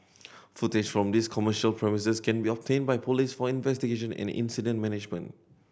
footage from these commercial premises can be obtained by police for investigation and incident management